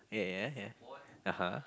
ya ya ya (uh huh)